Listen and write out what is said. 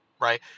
right